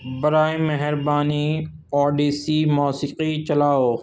برائے مہربانی اوڈیسی موسیقی چلاؤ